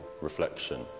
reflection